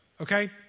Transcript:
Okay